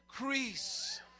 increase